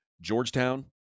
Georgetown